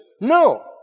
no